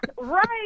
right